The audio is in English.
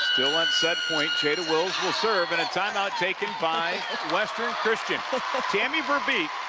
still on set point, jada wilzwill serve and a time-out taken by western christian tammi veerbeek,